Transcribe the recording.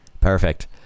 Perfect